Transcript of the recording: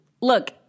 look –